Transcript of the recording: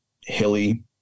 hilly